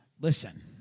Listen